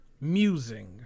musing